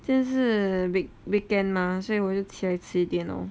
今天是 week~ weekend mah 所以我就起来迟一点哦